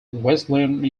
wesleyan